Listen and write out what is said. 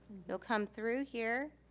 you'll come through here,